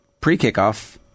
pre-kickoff